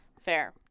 Fair